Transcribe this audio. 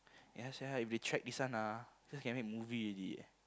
ya sia if they check this one ah this one can make movie already eh